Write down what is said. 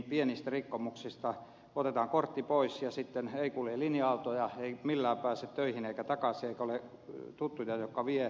pienistä rikkomuksista otetaan kortti pois ja sitten ei kulje linja autoja ei millään pääse töihin eikä takaisin eikä ole tuttuja jotka vievät